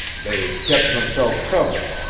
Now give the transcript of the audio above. they've kept themselves covered,